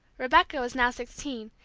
rebecca was now sixteen,